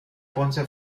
ponce